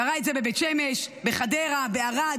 זה קרה בבית שמש, בחדרה, בערד.